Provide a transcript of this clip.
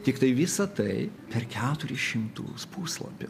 tiktai visa tai per keturis šimtus puslapių